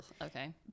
Okay